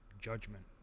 judgment